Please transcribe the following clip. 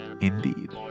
indeed